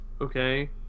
Okay